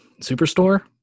Superstore